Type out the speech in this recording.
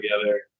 together